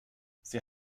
sie